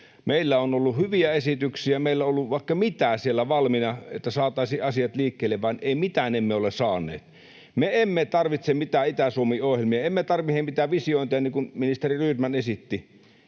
Meillä on ollut hyviä esityksiä, meillä on ollut vaikka mitä siellä valmiina, että saataisiin asiat liikkeelle, vaan mitään emme ole saaneet. Me emme tarvitse mitään Itä-Suomi-ohjelmia, emme tarvitse mitään visiointeja, niin kuin ministeri Rydman esitti.